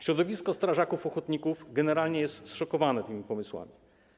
Środowisko strażaków ochotników generalnie jest zszokowane tymi pomysłami.